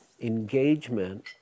engagement